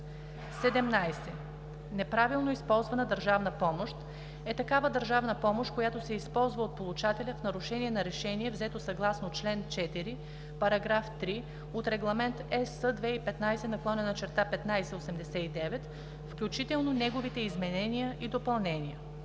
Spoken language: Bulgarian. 17. „Неправилно използвана държавна помощ“ е такава държавна помощ, която се използва от получателя в нарушение на решение, взето съгласно чл. 4, параграф 3 от Регламент (ЕС) 2015/1589, включително неговите изменения и допълнения.